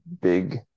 big